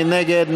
מי נגד?